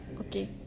Okay